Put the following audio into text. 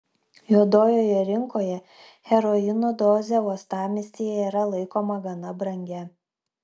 juodojoje rinkoje heroino dozė uostamiestyje yra laikoma gana brangia